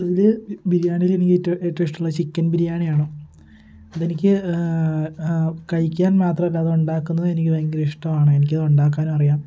അതില് ബിരിയാണിയില് എനിക്ക് ഏറ്റവും ഇഷ്ടമുള്ളത് ചിക്കൻ ബിരിയാണിയാണ് അത് എനിക്ക് കഴിക്കാൻ മാത്രമല്ല അത് ഉണ്ടാക്കുന്നതും എനിക്ക് ഭയങ്കര ഇഷ്ടമാണ് എനിക്കത് ഉണ്ടാക്കാനും അറിയാം